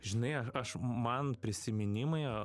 žinai aš man prisiminimai